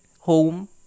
home